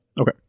Okay